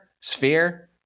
sphere